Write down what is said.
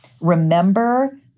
remember